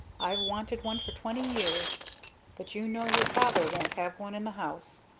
i've wanted one for twenty years but you know your father won't have one in the house.